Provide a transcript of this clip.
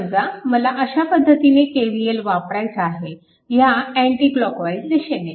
समजा मला अशा पद्धतीने KVL वापरायचा आहे ह्या अँटी क्लॉकवाईज दिशेने